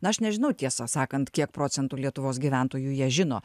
na aš nežinau tiesą sakant kiek procentų lietuvos gyventojų ją žino